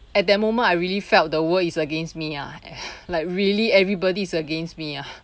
at that moment I really felt the world is against me ah like really everybody is against me ah